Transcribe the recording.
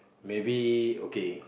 maybe okay